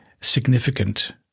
significant